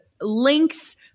links